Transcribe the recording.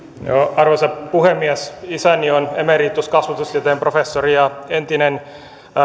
arvoisa puhemies isäni on emeritus kasvatustieteen professori ja entinen